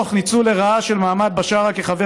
תוך ניצול לרעה של מעמד בשארה כחבר